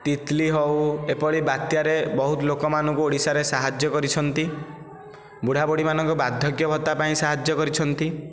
ତିତଲୀ ହେଉ ଏପରି ବାତ୍ୟାରେ ଓଡ଼ିଶାରେ ବହୁତ ଲୋକମାନଙ୍କୁ ସାହାଯ୍ୟ କରିଛନ୍ତି ବୁଢ଼ାବୁଢ଼ୀମାନଙ୍କ ପାଇଁ ବାର୍ଦ୍ଧକ୍ୟ ଭତ୍ତା ପାଇଁ ସାହାଯ୍ୟ କରିଛନ୍ତି